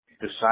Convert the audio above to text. decide